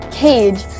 cage